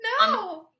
no